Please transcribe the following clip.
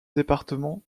département